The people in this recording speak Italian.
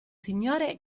signore